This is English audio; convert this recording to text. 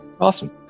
Awesome